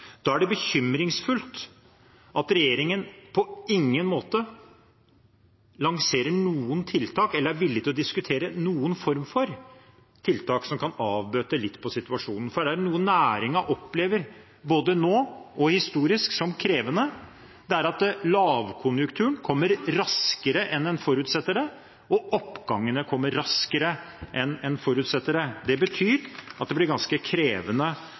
Da er det bekymringsfullt at regjeringen på ingen måte lanserer noen tiltak eller er villig til å diskutere noen form for tiltak som kan avbøte situasjonen litt. Er det noe næringen opplever, både nå og historisk, som krevende, så er det at lavkonjunkturen kommer raskere enn det en forutsetter, og oppgangen kommer raskere enn det en forutsetter. Det betyr at det blir ganske krevende